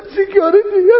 security